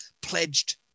pledged